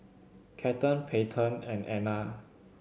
Cathern Peyton and Anna